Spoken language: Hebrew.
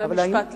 ומשפט לסיום.